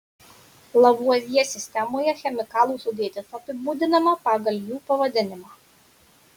lavuazjė sistemoje chemikalų sudėtis apibūdinama pagal jų pavadinimą